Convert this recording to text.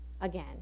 again